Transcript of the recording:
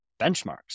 benchmarks